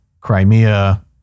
crimea